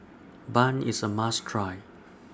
Bun IS A must Try